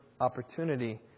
opportunity